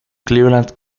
cleveland